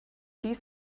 dies